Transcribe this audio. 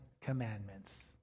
commandments